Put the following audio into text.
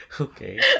Okay